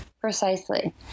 Precisely